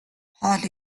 хоол